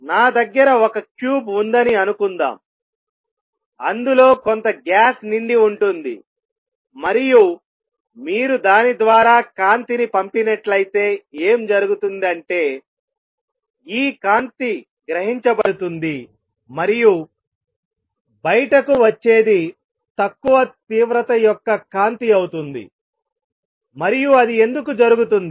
నా దగ్గర ఒక క్యూబ్ ఉందని అనుకుందాం అందులో కొంత గ్యాస్ నిండి ఉంటుంది మరియు మీరు దాని ద్వారా కాంతిని పంపినట్లయితే ఏం జరుగుతుంది అంటే ఈ కాంతి గ్రహించబడుతుంది మరియు బయటకు వచ్చేది తక్కువ తీవ్రత యొక్క కాంతి అవుతుంది మరియు అది ఎందుకు జరుగుతుంది